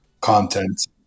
content